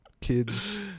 Kids